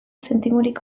zentimorik